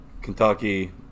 Kentucky